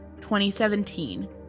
2017